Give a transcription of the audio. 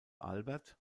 albert